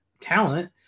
talent